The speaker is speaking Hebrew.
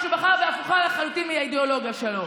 שהוא בחר והפוכה לחלוטין מהאידיאולוגיה שלו.